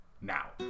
now